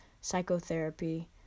psychotherapy